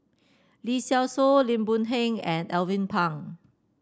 Lee Seow Ser Lim Boon Heng and Alvin Pang